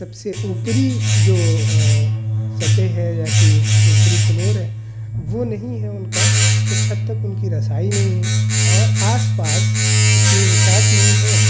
سب سے اوپری جو سطح ہے یا کہ اوپری فلور ہے وہ نہیں ہے ان کا تو چھت تک ان کی رسائی نہیں ہے اور آس پاس اتنی وسعت نہیں ہے